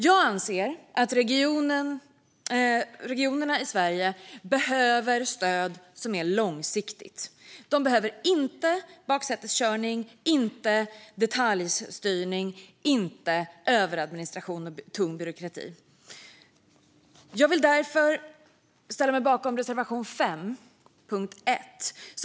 Jag anser att regionerna i Sverige behöver långsiktigt stöd. De behöver inte baksäteskörning, detaljstyrning, överadministration eller tung byråkrati. Därför ställer jag mig bakom reservation 5 under punkt 1.